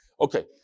Okay